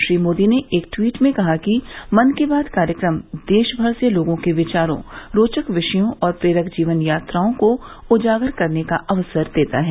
श्री मोदी ने एक ट्वीट में कहा कि मन की बात कार्यक्रम देशभर से लोगों के विचारों रोचक विषयों और प्रेरक जीवन यात्राओं को उजागर करने का अवसर देता है